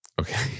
Okay